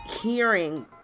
hearing